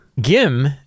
Gim